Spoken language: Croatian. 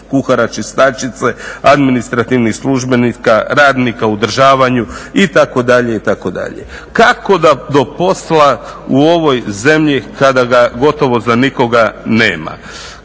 kuhara, čistačice, administrativnih službenika, radnika u održavanju" itd. Kako da do posla u ovoj zemlji kada ga gotovo za nikoga nema?